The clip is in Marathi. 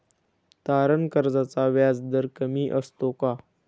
तारण कर्जाचा व्याजदर कमी असतो का?